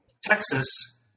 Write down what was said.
Texas